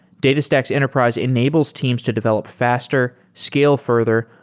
datastax enterprise enables teams to develop faster, scale further,